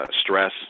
stress